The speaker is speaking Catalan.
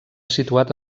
situat